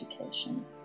education